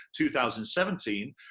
2017